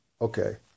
Okay